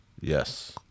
yes